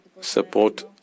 Support